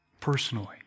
personally